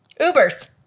Uber's